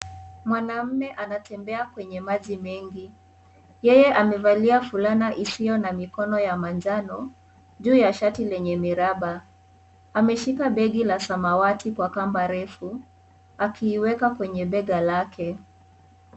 Mwanamme anatembea kwenye maji mengi. Yeye amevalia fulana isiyo na mikono ya manjano juu ya shati lenye miraba. Ameshika begi la Samawati kwa kamba refu, akiiweka kwenye bega lake.